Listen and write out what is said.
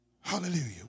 Hallelujah